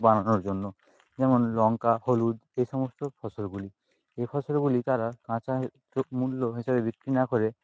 বানানোর জন্য যেমন লঙ্কা হলুদ এই সমস্ত ফসলগুলি এই ফসলগুলি তারা কাঁচা এর মূল্য হিসেবে বিক্রি না করে